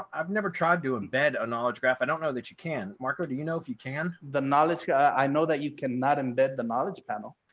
i've never tried to embed a knowledge graph. i don't know that you can mark or do you know if you can the knowledge. i know that you cannot embed the knowledge panel.